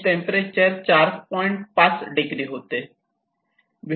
5 degree Celsius होते